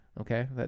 okay